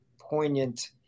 poignant